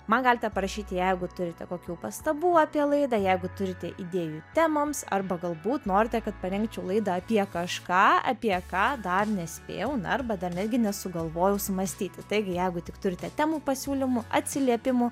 man galite parašyti jeigu turite kokių pastabų apie laidą jeigu turite idėjų temoms arba galbūt norite kad parengčiau laidą apie kažką apie ką dar nespėjau na arba dar negi nesugalvojau sumąstyti taigi jeigu tik turite temų pasiūlymų atsiliepimų